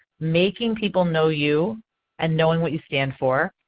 making people know you and knowing what you stand for,